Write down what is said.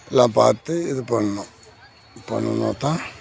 எல்லாம் பார்த்து இது பண்ணணும் பண்ணுனா தான்